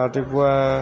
ৰাতিপুৱা